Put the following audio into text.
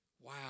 wow